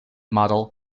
model